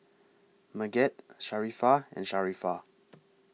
Megat Sharifah and Sharifah